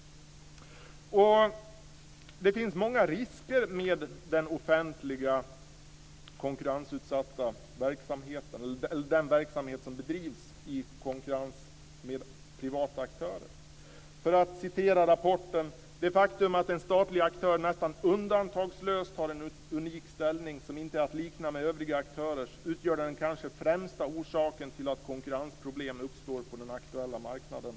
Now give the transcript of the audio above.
Det finns många risker med den offentliga konkurrensutsatta verksamheten - den verksamhet som bedrivs i konkurrens med privata aktörer. I rapporten står att det faktum att en statlig aktör nästan undantagslöst har en unik ställning som inte är att likna vid övriga aktörers utgör den kanske främsta orsaken till att konkurrensproblem uppstår på den aktuella marknaden.